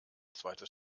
zweites